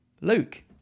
Luke